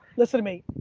listen to me.